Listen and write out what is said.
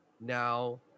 now